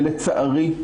ולצערי,